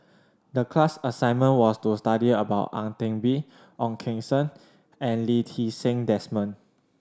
the class assignment was to study about Ang Teck Bee Ong Keng Sen and Lee Ti Seng Desmond